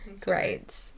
Great